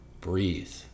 breathe